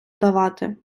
давати